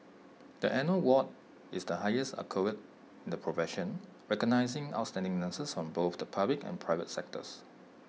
the annual award is the highest accolade in the profession recognising outstanding nurses from both the public and private sectors